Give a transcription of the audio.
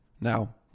Now